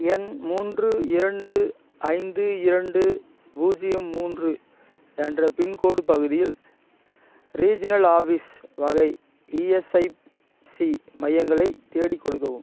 எண் மூன்று இரண்டு ஐந்து இரண்டு பூஜ்ஜியம் மூன்று என்ற பின்கோடு பகுதியில் ரீஜியனல் ஆஃபீஸ் வகை இஎஸ்ஐசி மையங்களைத் தேடிக் கொடுக்கவும்